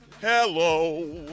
Hello